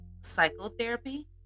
psychotherapy